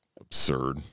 absurd